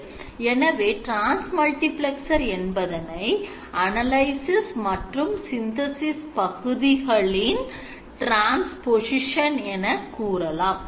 எனவே transmultiplex என்பதனை analysis மற்றும் synthesis பகுதிகளின் transposition என கூறலாம்